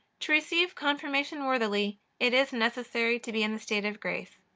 to receive confirmation worthily it is necessary to be in the state of grace.